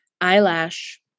Eyelash